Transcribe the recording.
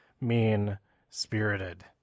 mean-spirited